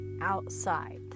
outside